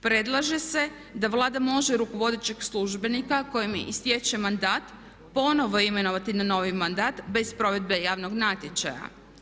Predlaže se da Vlada može rukovodećeg službenika kojem istječe mandat ponovno imenovati na novi mandat bez provedbe javnog natječaja.